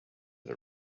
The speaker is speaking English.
the